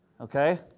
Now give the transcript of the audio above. Okay